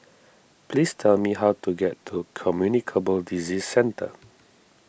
please tell me how to get to Communicable Disease Centre